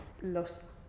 los